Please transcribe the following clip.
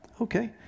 okay